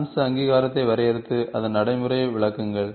அம்ச அங்கீகாரத்தை வரையறுத்து அதன் நடைமுறையை விளக்குங்கள்